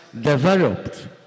developed